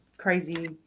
crazy